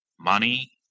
money